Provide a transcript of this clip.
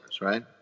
right